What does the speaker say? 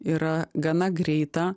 yra gana greita